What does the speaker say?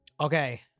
Okay